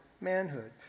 manhood